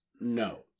no